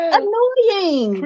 annoying